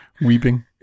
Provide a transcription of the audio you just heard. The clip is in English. weeping